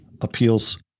appeals